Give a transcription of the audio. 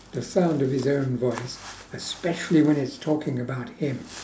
the sound of his own voice especially when it's talking about him